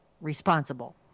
responsible